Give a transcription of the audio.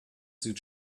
sieht